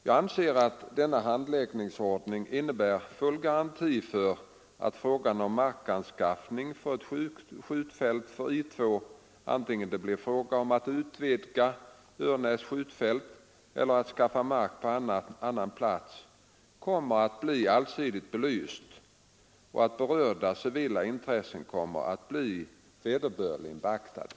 Jag anser att denna handläggningsordning innebär full garanti för att frågan om markanskaffning för ett skjutfält för I 2, antingen det skulle bli fråga om att utvidga Örnäs skjutfält eller att skaffa mark på annan plats, kommer att bli allsidigt 135 belyst och att berörda civila intressen kommer att bli vederbörligen beaktade.